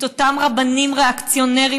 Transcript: את אותם רבנים ריאקציונרים,